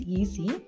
easy